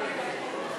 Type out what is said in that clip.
את הנושא לוועדת העבודה,